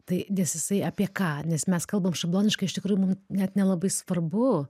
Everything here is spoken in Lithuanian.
tai nes jisai apie ką nes mes kalbam šabloniškai iš tikrųjų mum net nelabai svarbu